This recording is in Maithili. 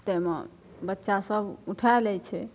ताहिमे बच्चा सब उठा लै छै